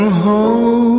home